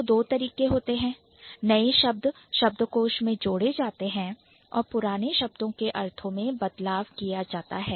तो दो तरीके हैं नए शब्द शब्दकोश में जोड़े जाते हैं तथा पुराने शब्दों के अर्थों में बदलाव किया जाता है